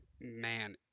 man